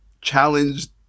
challenged